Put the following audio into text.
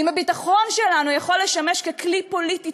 אם הביטחון שלנו יכול לשמש ככלי פוליטי